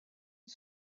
une